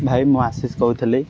ଭାଇ ମୁଁ ଆଶିଷ କହୁଥିଲି